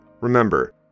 remember